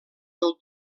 del